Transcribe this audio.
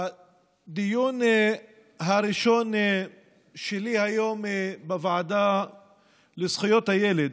הדיון הראשון שלי היום בוועדה לזכויות הילד,